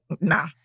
nah